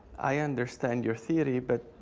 i understand your theory, but.